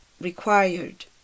required